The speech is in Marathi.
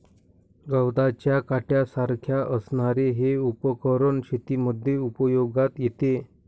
गवताच्या काट्यासारख्या असणारे हे उपकरण शेतीमध्ये उपयोगात येते